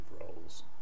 roles